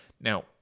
Now